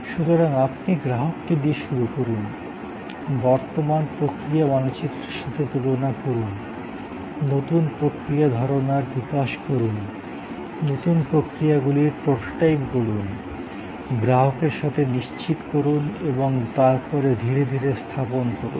সুতরাং আপনি গ্রাহককে দিয়ে শুরু করুন বর্তমান প্রক্রিয়া মানচিত্রের সাথে তুলনা করুন নতুন প্রক্রিয়া ধারণার বিকাশ করুন নতুন প্রক্রিয়াগুলির প্রোটোটাইপ গড়ুন গ্রাহকের সাথে নিশ্চিত করুন এবং তারপরে ধীরে ধীরে স্থাপন করুন